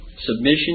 submission